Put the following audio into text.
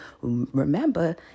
remember